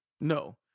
No